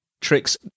tricks